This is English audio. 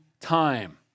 time